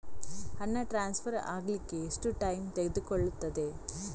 ಹಣ ಟ್ರಾನ್ಸ್ಫರ್ ಅಗ್ಲಿಕ್ಕೆ ಎಷ್ಟು ಟೈಮ್ ತೆಗೆದುಕೊಳ್ಳುತ್ತದೆ?